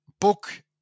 book